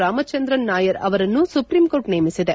ರಾಮಚಂದ್ರನ ನಾಯರ್ ಅವರನ್ನು ಸುಪ್ರೀಂಕೋರ್ಟ್ ನೇಮಿಸಿದೆ